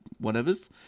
whatever's